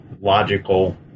logical